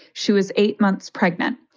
she was eight months pregnant.